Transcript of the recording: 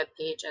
webpage